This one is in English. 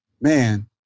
man